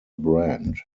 brand